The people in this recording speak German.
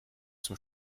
zum